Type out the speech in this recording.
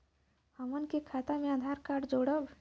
हमन के खाता मे आधार कार्ड जोड़ब?